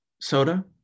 Soda